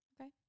Okay